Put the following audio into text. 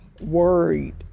worried